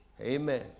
Amen